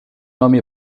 nomi